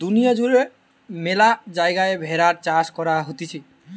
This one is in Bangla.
দুনিয়া জুড়ে ম্যালা জায়গায় ভেড়ার চাষ করা হতিছে